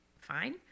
fine